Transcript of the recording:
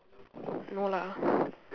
no lah